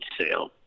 sale